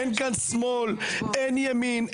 אין כאן שמאל, אין ימין.